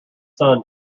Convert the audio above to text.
son